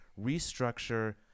restructure